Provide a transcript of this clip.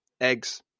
eggs